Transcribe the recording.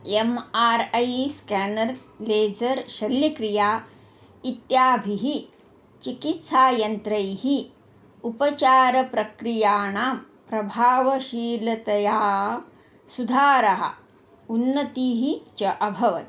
M R I scanner laser शल्यक्रिया इत्यादिभिः चिकित्सायन्त्रैः उपचारप्रक्रियाणां प्रभावशीलतया सुधारः उन्नतिः च अभवत्